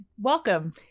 welcome